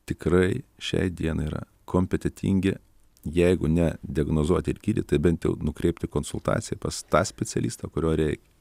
tikrai šiai dienai yra kompetentingi jeigu ne diagnozuoti ir gydyt tai bent jau nukreipti konsultacijai pas tą specialistą kurio reikia